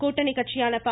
கூட்டணி கட்சியான பா